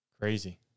Crazy